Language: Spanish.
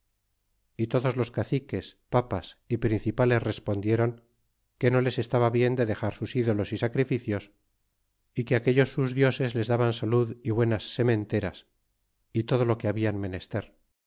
y todos los caciques papas y principales respondieron que no les estaba bien de dexar sus ídolos y sacrificios y que aquellos sus dioses les daban salud y buenas sementeras y todo lo que hablan menester